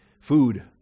Food